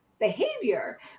behavior